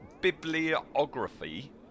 bibliography